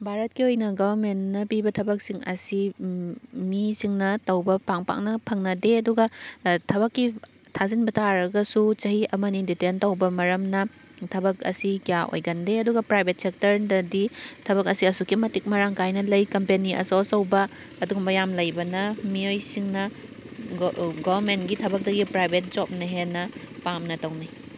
ꯚꯥꯔꯠꯀꯤ ꯑꯣꯏꯅ ꯒꯚꯔꯟꯃꯦꯟꯅ ꯄꯤꯕ ꯊꯕꯛꯁꯤꯡ ꯑꯁꯤ ꯃꯤꯁꯤꯡꯅ ꯇꯧꯕ ꯄꯥꯛ ꯄꯥꯛꯅ ꯐꯪꯅꯗꯦ ꯑꯗꯨꯒ ꯊꯕꯛꯀꯤ ꯊꯥꯖꯤꯟꯕ ꯇꯥꯔꯒꯁꯨ ꯆꯍꯤ ꯑꯃꯅꯤ ꯗꯤꯇꯦꯟ ꯇꯧꯕ ꯃꯔꯝꯅ ꯊꯕꯛ ꯑꯁꯤ ꯀꯌꯥ ꯑꯣꯏꯒꯟꯗꯦ ꯑꯗꯨꯒ ꯄ꯭ꯔꯥꯏꯚꯦꯠ ꯁꯦꯛꯇꯔꯗꯗꯤ ꯊꯕꯛ ꯑꯁꯦ ꯑꯁꯨꯛꯀꯤ ꯃꯇꯤꯛ ꯃꯔꯥꯡ ꯀꯥꯏꯅ ꯂꯩ ꯀꯝꯄꯅꯤ ꯑꯆꯧ ꯑꯆꯧꯕ ꯑꯗꯨꯒꯨꯝꯕ ꯌꯥꯝꯅ ꯂꯩꯕꯅ ꯃꯤꯑꯣꯏꯁꯤꯡꯅ ꯒꯚꯔꯟꯃꯦꯟꯠꯒꯤ ꯊꯕꯛꯇꯒꯤ ꯄ꯭ꯔꯥꯏꯚꯦꯠ ꯖꯣꯞꯅ ꯍꯦꯟꯅ ꯄꯥꯝꯅ ꯇꯧꯅꯩ